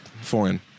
foreign